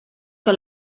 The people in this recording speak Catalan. que